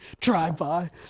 drive-by